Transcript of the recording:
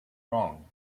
wrong